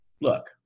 look